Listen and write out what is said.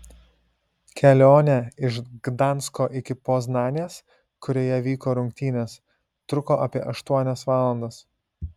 kelionė iš gdansko iki poznanės kurioje vyko rungtynės truko apie aštuonias valandas